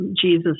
Jesus